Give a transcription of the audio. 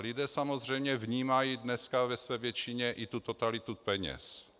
Lidé samozřejmě vnímají dneska ve své většině i tu totalitu peněz.